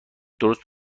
درست